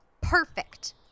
perfect